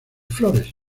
flores